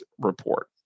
report